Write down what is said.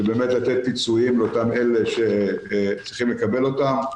באמת לתת פיצויים לאותם אלה שצריכים לקבל אותם,